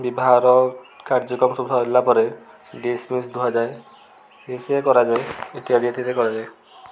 ବିବାହର କାର୍ଯ୍ୟକ୍ରମ ସବୁ ସରିଲା ପରେ ଡିସ୍ଫିସ୍ ଧୁଆଯାଏ ଇଏ ସିଏ କରାଯାଏ ଇତ୍ୟାଦି ଇତ୍ୟାଦି କରାଯାଏ